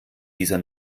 dieser